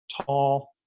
tall